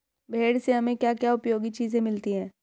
भेड़ से हमें क्या क्या उपयोगी चीजें मिलती हैं?